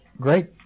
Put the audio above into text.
great